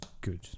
good